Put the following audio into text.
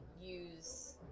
use